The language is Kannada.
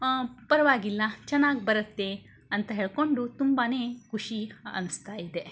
ಪರವಾಗಿಲ್ಲ ಚೆನ್ನಾಗಿ ಬರುತ್ತೆ ಅಂತ ಹೇಳಿಕೊಂಡು ತುಂಬಾ ಖುಷಿ ಅನ್ನಿಸ್ತಾ ಇದೆ